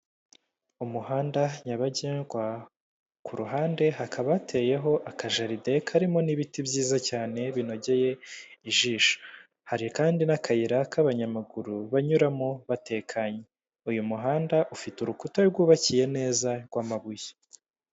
Umuhanda nyabagendwa ku ruhande hakaba hateyeho akajaride karimo n'ibiti byiza cyane binogeye ijisho, hari kandi n'akayira k'abanyamaguru banyuramo batekanye. Uyu muhanda ufite urukuta rwubakiye neza rw'amabuye.